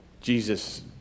Jesus